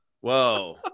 whoa